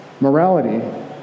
Morality